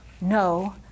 no